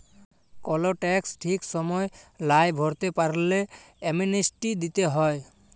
call tax ঠিক সময় লায় ভরতে পারল্যে, অ্যামনেস্টি দিতে হ্যয়